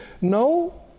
No